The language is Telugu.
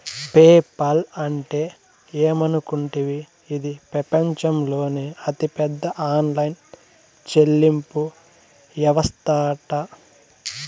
పేపాల్ అంటే ఏమనుకుంటివి, ఇది పెపంచంలోనే అతిపెద్ద ఆన్లైన్ చెల్లింపు యవస్తట